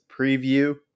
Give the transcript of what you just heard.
preview